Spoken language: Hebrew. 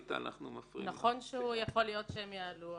נכון שיכול להיות שהם יעלו,